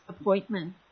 appointment